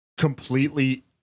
completely